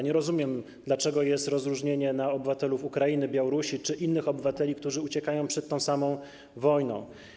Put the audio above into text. Nie rozumiem, dlaczego jest w nim rozróżnienie na obywateli Ukrainy, Białorusi czy innych obywateli, którzy uciekają przed tą samą wojną.